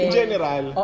general